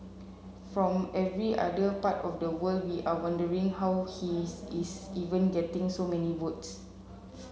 from every other part of the world we are wondering how he is is even getting so many votes